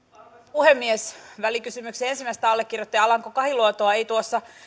puhemies välikysymyksen ensimmäistä allekirjoittajaa alanko kahiluotoa ei tuossa